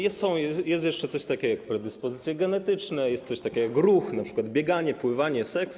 Jest jeszcze coś takiego jak predyspozycje genetyczne, jest coś takiego jak ruch, np. bieganie, pływanie, seks.